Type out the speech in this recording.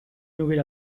hubiera